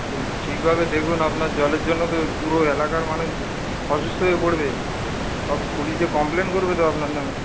ঠিকভাবে দেখুন আপনার জলের জন্য তো পুরো এলাকার মানুষ অসুস্থ হয়ে পড়বে সব পুলিশে কমপ্লেন করবে তো আপনার নামে